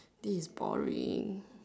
this is boring